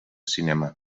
cinema